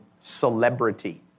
celebrity